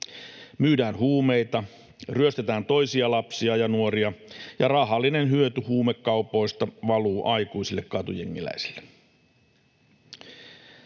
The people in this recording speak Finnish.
Myydään huumeita, ryöstetään toisia lapsia ja nuoria, ja rahallinen hyöty huumekaupoista valuu aikuisille katujengiläisille.